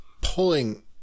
pulling